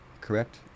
correct